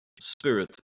spirit